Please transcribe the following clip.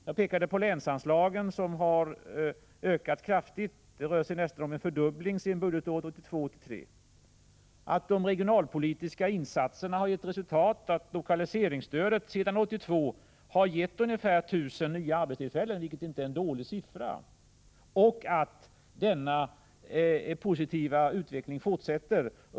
Jag pekade på att länsanslagen har ökat kraftigt — det rör sig nästan om en fördubbling sedan 1982/83 —, att de regionalpolitiska insatserna har gett resultat, att lokaliseringsstödet sedan 1982 har gett ungefär 1 000 nya arbetstillfällen, vilket inte är en dålig siffra, och att denna positiva utveckling fortsätter.